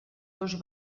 dos